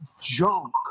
junk